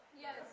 Yes